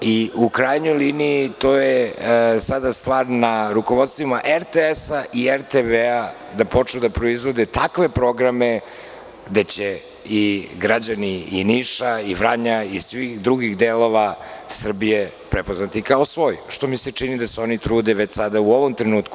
U krajnjoj liniji, to je sada stvar na rukovodstvima RTS-a i RTV-a da počnu da proizvode takve programe gde će se i građani Niša, Vranja i svih drugih delova Srbije prepoznati, što mi se čini da se oni trude već sada, u ovom trenutku.